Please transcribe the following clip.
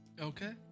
Okay